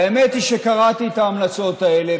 והאמת היא שקראתי את ההמלצות האלה,